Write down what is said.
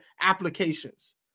applications